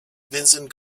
vincent